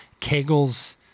Kegels